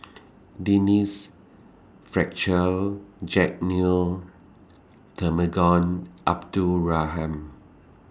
Denise Fletcher Jack Neo Temenggong Abdul Rahman